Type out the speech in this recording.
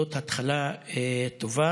זאת התחלה טובה.